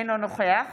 אינו נוכח